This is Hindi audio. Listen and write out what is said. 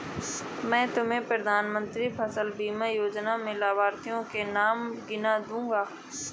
मैं तुम्हें प्रधानमंत्री फसल बीमा योजना के लाभार्थियों के नाम गिना दूँगा